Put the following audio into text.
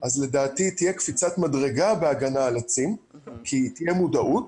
לדעתי תהיה קפיצת מדרגה בהגנה על עצים כי תהיה מודעות,